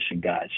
guys